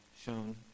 shown